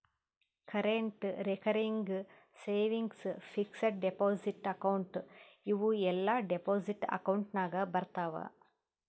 current, recurring, savings, fixed deposit account ಇವೂ ಎಲ್ಲಾ deposit account ನಾಗ್ ಬರ್ತಾವ್